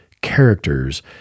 characters